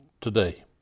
today